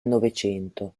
novecento